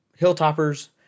Hilltoppers